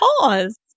pause